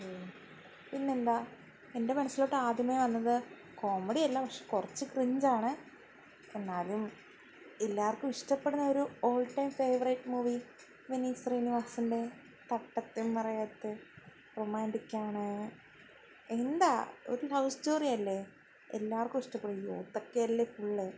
പിന്നെന്താ എൻ്റെ മനസ്സിലോട്ട് ആദ്യമേ വന്നത് കോമഡിയല്ല പക്ഷേ കുറച്ച് ക്രിഞ്ചാണ് എന്നാലും എല്ലാവർക്കും ഇഷ്ടപ്പെടുന്നയൊരു all time favourite movie Vineeth ശ്രീനിവാസൻ്റെ തട്ടത്തിൻ മറയത്ത് റൊമാൻ്റിക്കാണ് എന്താ ഒരു ലവ് സ്റ്റോറി അല്ലേ എല്ലാവർക്കും ഇഷ്ടപ്പെടും യൂത്തൊക്കെയല്ലേ ഫുള്ള്